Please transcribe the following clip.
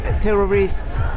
terrorists